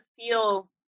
feel